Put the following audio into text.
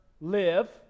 live